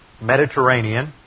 Mediterranean